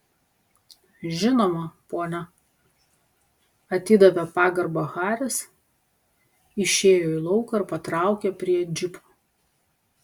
žinoma pone atidavė pagarbą haris išėjo į lauką ir patraukė prie džipo